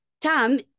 Tom